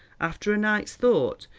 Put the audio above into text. after a night's thought,